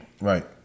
Right